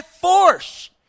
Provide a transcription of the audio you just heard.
force